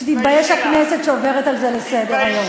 ושתתבייש הכנסת שעוברת על זה לסדר-היום.